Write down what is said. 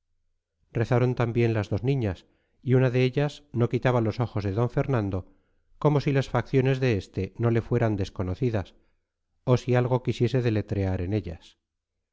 rezaron también las dos niñas y una de ellas no quitaba los ojos de d fernando como si las facciones de este no le fueran desconocidas o si algo quisiese deletrear en ellas